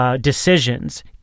decisions